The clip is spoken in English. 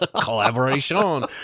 Collaboration